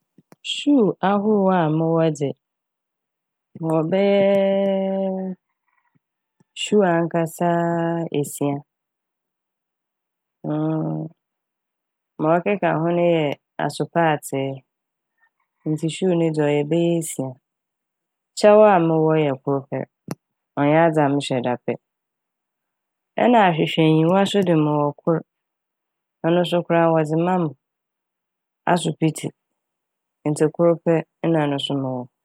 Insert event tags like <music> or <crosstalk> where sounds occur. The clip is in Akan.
"Shoe" <noise> ahorow a mowɔ dze mowɔ bɛyɛɛ <noise> "shoe" ankasa a esia <hesitation> ma ɔkeka ho no yɛ asopaatsee <noise> ntsi "shoe" ne dze ɔyɛ bɛyɛ esia. Kyɛw a mowɔ yɛ kor pɛ <noise> ɔnnyɛ adze a mehyɛ da pɛ nna ahwehwɛenyiwa so de mowɔ kor ɔno so koraa wɔdze ma m' asopitsi. Ntsi kor pɛ na ano so mowɔ.